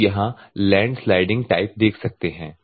आप यहां landsliding type देख सकते हैं